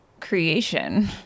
creation